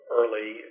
early